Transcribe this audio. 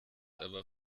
aber